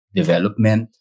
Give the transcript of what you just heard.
development